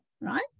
Right